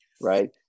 Right